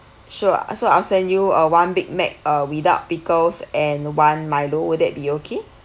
sure so I'll send you uh one big mac uh without pickles and one milo would that be okay